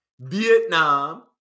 Vietnam